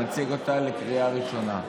לקריאה ראשונה.